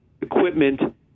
equipment